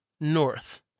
North